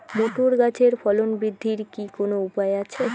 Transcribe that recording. Motor গাছের ফলন বৃদ্ধির কি কোনো উপায় আছে?